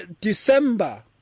December